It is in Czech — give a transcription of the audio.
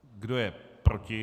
Kdo je proti?